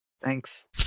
Thanks